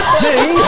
sing